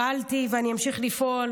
פעלתי ואני אמשיך לפעול,